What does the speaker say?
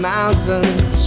Mountains